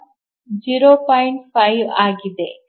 5 ಆಗಿದೆ